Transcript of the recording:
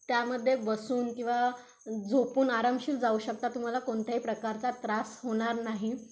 त्यामध्ये बसून किंवा झोपून आरामशीर जाऊ शकता तुम्हाला कोणत्याही प्रकारचा त्रास होणार नाही